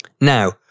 now